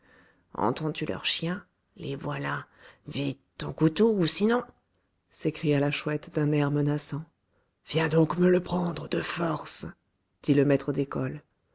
entends-tu leur chien les voilà vite ton couteau ou sinon s'écria la chouette d'un air menaçant viens donc me le prendre de force dit le maître d'école